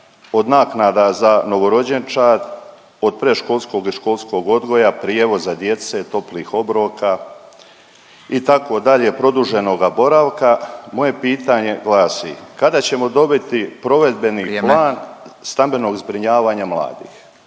od naknada za novorođenčad, od predškolskog i školskog odgoja, prijevoza djece, toplih obroka, itd., produženoga boravka, moje pitanje glasi, kada ćemo dobiti provedbeni plan … .../Upadica: